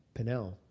Pinnell